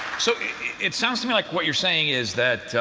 so it sounds to me like what you're saying is that